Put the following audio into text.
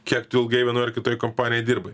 kiek tu ilgai vienoj ar kitoj kompanijoj dirbai